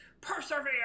persevere